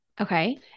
Okay